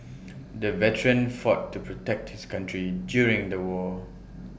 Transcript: the veteran fought to protect his country during the war